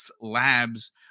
Labs